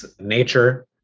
nature